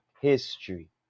history